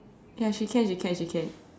ya she can she can she can